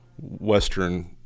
western